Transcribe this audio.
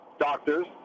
doctors